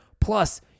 Plus